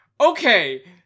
Okay